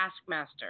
taskmaster